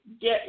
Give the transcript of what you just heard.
get